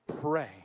pray